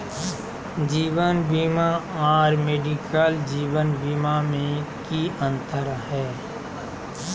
जीवन बीमा और मेडिकल जीवन बीमा में की अंतर है?